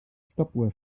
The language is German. stoppuhr